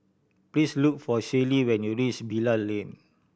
please look for Shaylee when you reach Bilal Lane